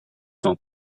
cent